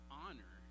honor